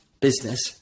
business